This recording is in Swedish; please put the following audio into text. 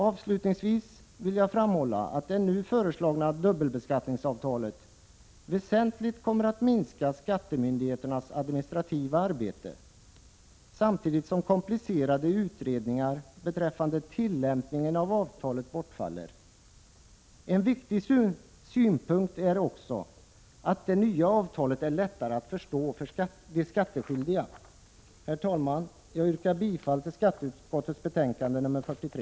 Avslutningsvis vill jag framhålla att det nu föreslagna dubbelbeskattningsavtalet väsentligt kommer att minska skattemyndigheternas administrativa arbete, samtidigt som komplicerade utredningar beträffande tillämpningen av avtalet bortfaller. En viktig synpunkt är också att det nya avtalet är lättare att förstå för de skattskyldiga. Herr talman! Jag yrkar bifall till hemställan i skatteutskottets betänkande nr 43.